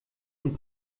und